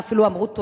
הם אפילו אמרו תודה.